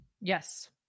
Yes